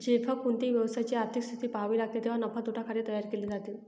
जेव्हा कोणत्याही व्यवसायाची आर्थिक स्थिती पहावी लागते तेव्हा नफा तोटा खाते तयार केले जाते